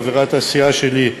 חברת הסיעה שלי,